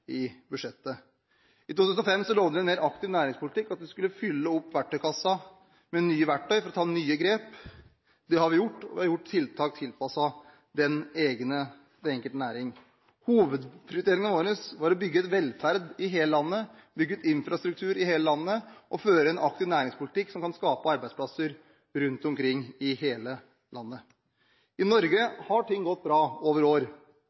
i budsjettet. I 2005 lovte vi en mer aktiv næringspolitikk, at vi skulle fylle opp verktøykassen med nye verktøy for å ta nye grep. Det har vi gjort. Vi har satt i verk tiltak tilpasset den enkelte næring. Hovedprioriteringen vår var å bygge ut velferd i hele landet, bygge ut infrastruktur i hele landet og føre en aktiv næringspolitikk som kan skape arbeidsplasser rundt omkring i hele landet. I Norge har det gått bra over år.